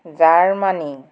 Germany